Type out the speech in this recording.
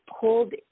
pulled